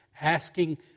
Asking